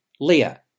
Leah